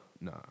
Nah